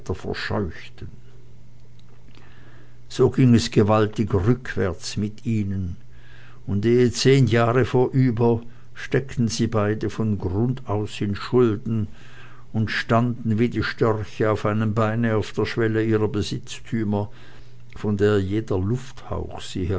verscheuchten so ging es gewaltig rückwärts mit ihnen und ehe zehn jahre vorüber steckten sie beide von grund aus in schulden und standen wie die störche auf einem beine auf der schwelle ihrer besitztümer von der jeder lufthauch sie